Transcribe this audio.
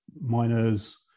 miners